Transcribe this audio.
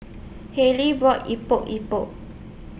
Hallie bought Epok Epok